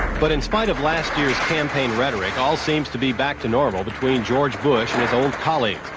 but in spite of last year's campaign rhetoric, all seems to be back to normal between george bush and his old colleagues.